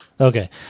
Okay